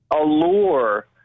allure